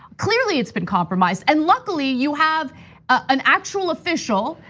clearly, it's been compromised, and luckily you have an actual official,